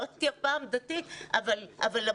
לא הייתי אף פעם דתית אבל למדתי.